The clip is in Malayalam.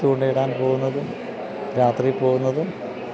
ചൂണ്ടയിടാൻ പോകുന്നതും രാത്രി പോകുന്നതും